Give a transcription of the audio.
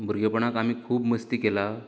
भुरगेंपणांत आमी खूब मस्ती केल्या